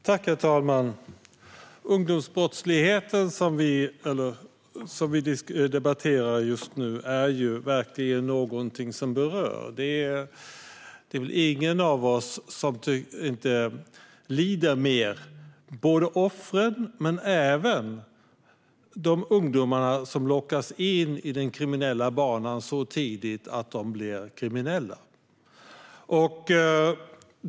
Herr talman! Ungdomsbrottsligheten, som vi debatterar nu, är verkligen något som berör. Det är väl ingen av oss som inte lider med offren men även med de ungdomar som så tidigt lockas in på den kriminella banan.